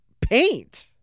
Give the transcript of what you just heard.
paint